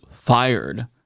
fired